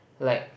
like